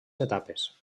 etapes